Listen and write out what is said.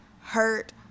hurt